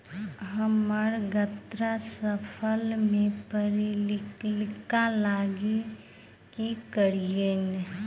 हम्मर गन्ना फसल मे पायरिल्ला लागि की करियै?